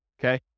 okay